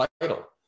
title